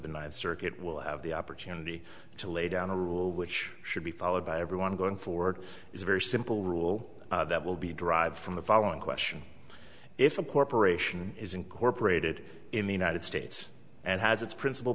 the ninth circuit will have the opportunity to lay down a rule which should be followed by everyone going forward is a very simple rule that will be derived from the following question if a corporation is incorporated in the united states and has its principal